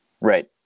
Right